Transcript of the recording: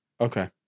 Okay